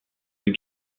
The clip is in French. deux